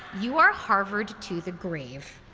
you are harvard to the grave.